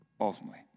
ultimately